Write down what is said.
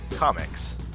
Comics